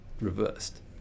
reversed